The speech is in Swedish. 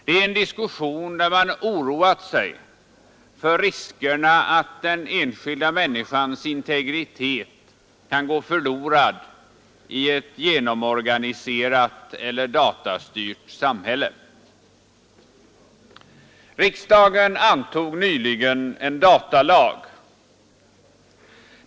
Det är en diskussion där man oroat sig för riskerna att den enskilda människans integritet kan gå förlorad i ett genomorganiserat eller datastyrt samhälle. Riksdagen antog nyligen en datalag.